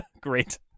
great